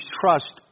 trust